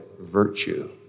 virtue